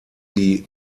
die